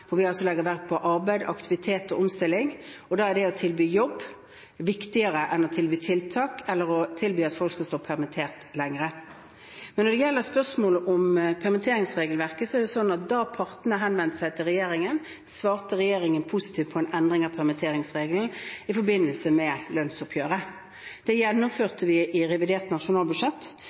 vi altså legger vekt på arbeid, aktivitet og omstilling, og da er det å tilby jobb viktigere enn å tilby tiltak, eller å tilby at folk skal stå permittert lenger. Men når det gjelder spørsmålet om permitteringsregelverket, er det sånn at da partene henvendte seg til regjeringen, svarte regjeringen positivt på en endring av permitteringsregelen i forbindelse med lønnsoppgjøret. Det